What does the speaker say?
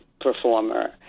performer